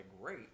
great